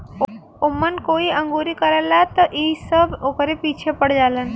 ओमन कोई अंगुरी करला त इ सब ओकरे पीछे पड़ जालन